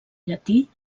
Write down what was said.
llatí